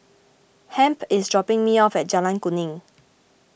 Hamp is dropping me off at Jalan Kuning